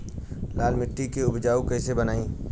लाल मिट्टी के उपजाऊ कैसे बनाई?